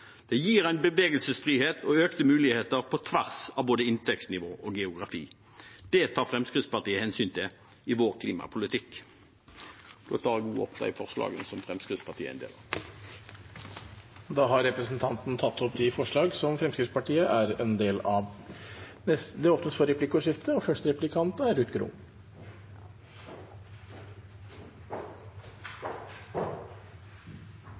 Det gir en bevegelsesfrihet og økte muligheter på tvers av både inntektsnivå og geografi. Det tar Fremskrittspartiet hensyn til i vår klimapolitikk. Jeg tar opp de forslagene som Fremskrittspartiet er en del av, og dem vi står alene om. Da har representanten Terje Halleland tatt opp de